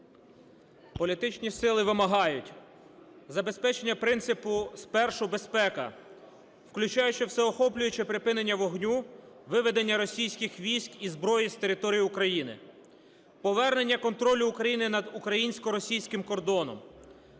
Політичні сили вимагають забезпечення принципу – спершу безпека, включаючи всеохоплююче припинення вогню, виведення російських військ і зброї з території України, повернення контролю України над українсько-російським кордоном.